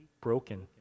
broken